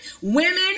Women